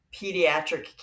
pediatric